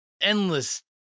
endless